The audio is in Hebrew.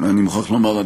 אני מוכרח לומר,